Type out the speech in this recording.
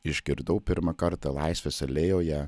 išgirdau pirmą kartą laisvės alėjoje